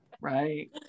Right